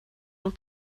doch